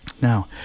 Now